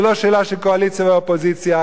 זו לא שאלה של קואליציה ואופוזיציה,